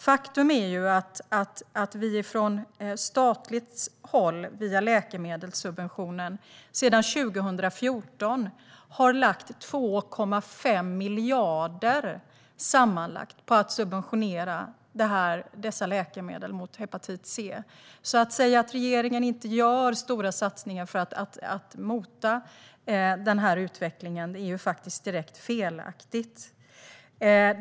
Faktum är att vi från statligt håll via läkemedelssubventionen sedan 2014 har lagt 2,5 miljarder sammanlagt på att subventionera dessa läkemedel mot hepatit C. Att säga att regeringen inte gör stora satsningar för att mota den här utvecklingen är alltså faktiskt direkt felaktigt.